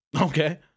Okay